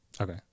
Okay